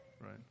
right